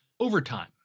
Overtime